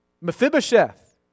Mephibosheth